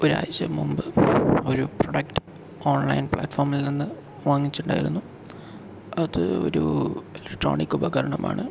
ഒരാഴ്ച മുൻപ് ഒരു പ്രൊഡക്ട് ഓൺലൈൻ പ്ലാറ്റ്ഫോമിൽ നിന്ന് വങ്ങിച്ചിട്ടുണ്ടായിരുന്നു അത് ഒരു ഇലക്ട്രോണിക് ഉപകരണമാണ്